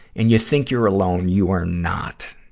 and you think you're alone, you are not.